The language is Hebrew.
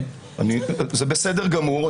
זה בסדר גמור.